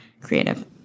Creative